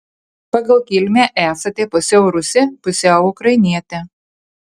pagal kilmę esate pusiau rusė pusiau ukrainietė